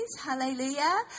Hallelujah